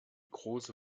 große